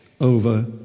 over